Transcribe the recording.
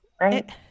right